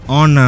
on